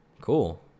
Cool